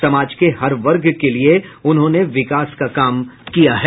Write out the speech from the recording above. समाज के हर वर्ग के लिये उन्होंने विकास का काम किया है